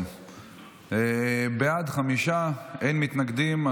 בעד, חמישה, אין מתנגדים.